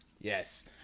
Yes